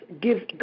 Give